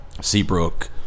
Seabrook